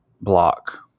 block